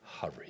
hurry